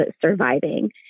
surviving